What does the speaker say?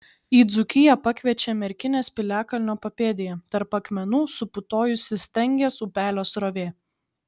į dzūkiją pakviečia merkinės piliakalnio papėdėje tarp akmenų suputojusi stangės upelio srovė